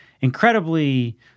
incredibly